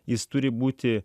jis turi būti